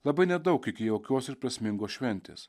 labai nedaug iki jaukios ir prasmingos šventės